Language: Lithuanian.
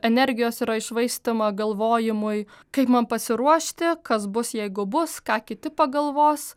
energijos yra iššvaistoma galvojimui kaip man pasiruošti kas bus jeigu bus ką kiti pagalvos